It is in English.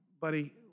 buddy